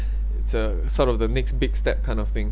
it's a sort of the next big step kind of thing